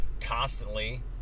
constantly